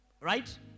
right